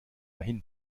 hin